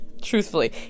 Truthfully